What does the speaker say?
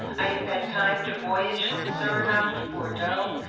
i have had time to voyage from surinam to bordeaux,